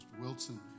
Wilson